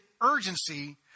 urgency